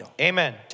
Amen